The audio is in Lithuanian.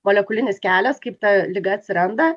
molekulinis kelias kaip ta liga atsiranda